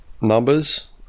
numbers